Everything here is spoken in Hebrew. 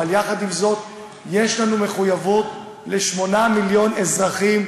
אבל יחד עם זאת יש לנו מחויבות ל-8 מיליון אזרחים,